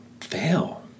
fail